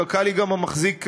קק"ל היא גם המחזיק,